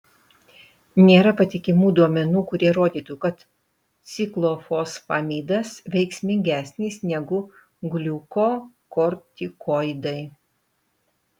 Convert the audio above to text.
nėra patikimų duomenų kurie rodytų kad ciklofosfamidas veiksmingesnis negu gliukokortikoidai